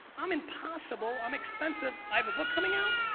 i'm impossible, i'm expensive, i have a book coming out.